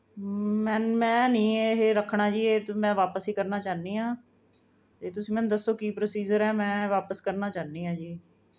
ਮੈਂ ਮੈਂ ਨਹੀਂ ਇਹ ਰੱਖਣਾ ਜੀ ਇਹ ਤਾਂ ਮੈਂ ਵਾਪਸ ਹੀ ਕਰਨਾ ਚਾਹੁੰਦੀ ਹਾਂ ਅਤੇ ਤੁਸੀਂ ਮੈਨੂੰ ਦੱਸੋ ਕੀ ਪਰੋਸੀਜ਼ਰ ਹੈ ਮੈਂ ਵਾਪਸ ਕਰਨਾ ਚਾਹੁੰਦੀ ਹਾਂ ਜੀ